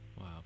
Wow